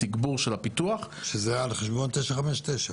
התגבור של הפיתוח --- שזה על חשבון 959?